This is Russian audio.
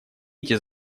эти